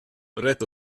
retto